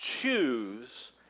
choose